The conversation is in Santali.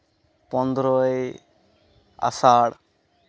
ᱯᱚᱱᱫᱨᱚᱭ ᱟᱥᱟᱲ